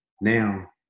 now